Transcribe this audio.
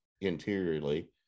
interiorly